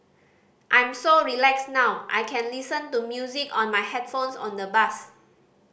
I'm so relaxed now I can listen to music on my headphones on the bus